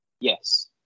Yes